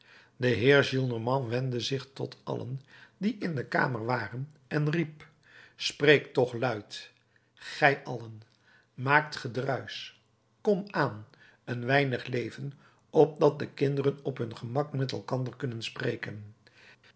de heer de gillenormand wendde zich tot allen die in de kamer waren en riep spreekt toch luid gij allen maakt gedruisch kom aan een weinig leven opdat de kinderen op hun gemak met elkander kunnen spreken